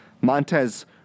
Montez